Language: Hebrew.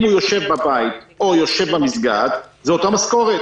אם הוא יושב בבית או יושב במסגד זו אותה משכורת.